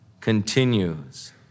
continues